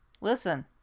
Listen